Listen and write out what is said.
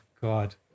God